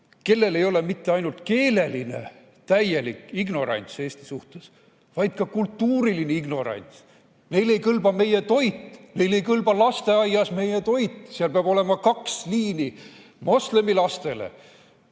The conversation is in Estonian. kellel ei ole mitte ainult täielik keeleline ignorants Eesti suhtes, vaid ka kultuuriline ignorants. Neile ei kõlba meie toit, neile ei kõlba lasteaias meie toit, seal peab olema kaks liini: moslemilastele